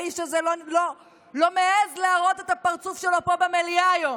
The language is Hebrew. האיש הזה לא מעז להראות את הפרצוף שלו פה במליאה היום,